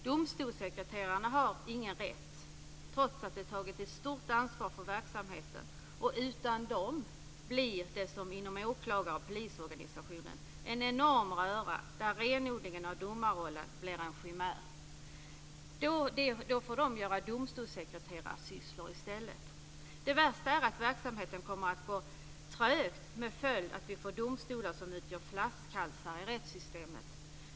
Domstolssekreterarna har ingen rätt, trots att de tagit ett stort ansvar för verksamheten. Utan dem blir det som inom åklagar och polisorganisationen. Det blir en enorm röra där renodlingen av domarrollen blir en skimär. De får göra domstolssekreterarsysslor i stället. Det värsta är att verksamheten kommer att gå trögt, med följd att vi får domstolar som utgör flaskhalsar i rättssystemet.